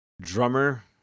drummer